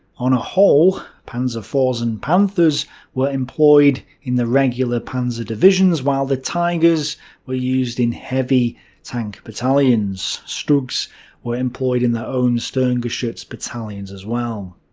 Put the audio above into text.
on a whole, panzer four s and panthers were employed in the regular panzer divisions, while the tigers were used in heavy tank battalions. stugs were employed in their own sturmgeschutz battalions as well.